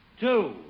two